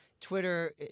Twitter